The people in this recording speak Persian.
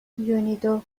یونیدو